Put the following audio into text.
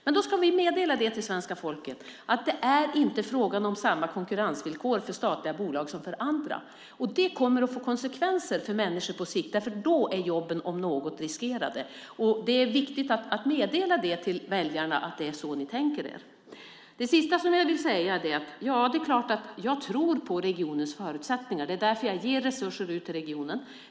Men då ska vi meddela svenska folket att det inte är fråga om samma konkurrensvillkor för statliga bolag som för andra. Det kommer att få konsekvenser för människor på sikt. Då är jobben om något riskerade. Det är viktigt att meddela väljarna att det är så ni tänker er det. Det sista som jag vill säga är att jag tror på regionens förutsättningar. Det är därför jag ger resurser nu till regionen.